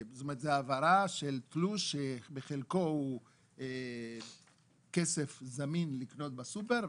העברה של תלוש שבחלקו הוא כסף זמין לקנות בסופר,